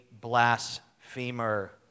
blasphemer